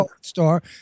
star